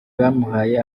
bamuhaye